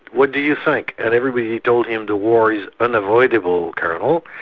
what do you think? and everybody told him the war is unavoidable, colonel,